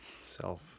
self